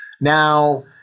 Now